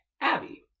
Abby